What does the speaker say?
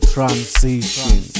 Transition